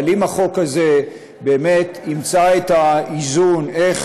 אבל אם החוק הזה באמת ימצא את האיזון איך